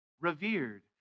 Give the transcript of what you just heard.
revered